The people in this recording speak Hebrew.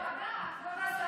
את בכנסת נכבדה, כבוד השרה.